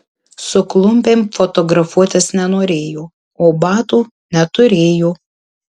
su klumpėm fotografuotis nenorėjo o batų neturėjo